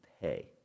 pay